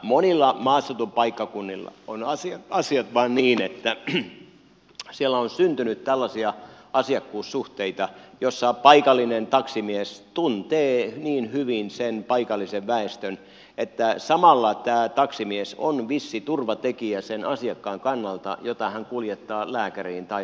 monilla maaseutupaikkakunnilla on asiat vain niin että siellä on syntynyt tällaisia asiakkuussuhteita joissa paikallinen taksimies tuntee niin hyvin sen paikallisen väestön että samalla tämä taksimies on vissi turvatekijä sen asiakkaan kannalta jota hän kuljettaa lääkäriin tai sairaalaan